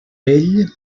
vell